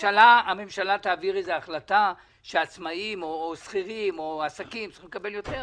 הממשלה תעביר החלטה שעצמאים או שכירים או עסקים צריכים לקבל יותר,